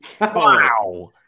Wow